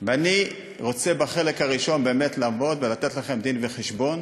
אני רוצה בחלק הראשון באמת לבוא ולתת לכם דין-וחשבון